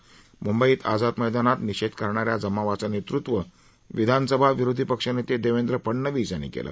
म्ंबईत आझाद मैदानात निषेध करणा या जमावाचं नेतृत्व विधानसभा विरोधी पक्ष नेते देवेंद्र फडनवीस यांनी केलं